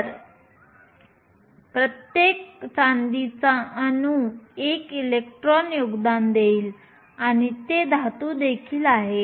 तर प्रत्येक चांदीचा अणू 1 इलेक्ट्रॉनचे योगदान देईल आणि ते धातू देखील आहे